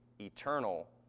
eternal